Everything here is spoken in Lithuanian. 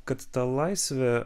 kad ta laisvė